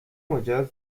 مجاز